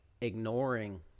ignoring